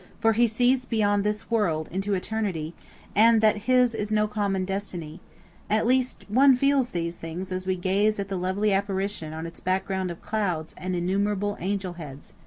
for he sees beyond this world into eternity and that his is no common destiny at least, one feels these things as we gaze at the lovely apparition on its background of clouds and innumerable angel heads.